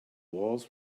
walls